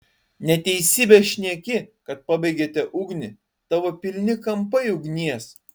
neteisybę šneki kad pabaigėte ugnį tavo pilni kampai ugnies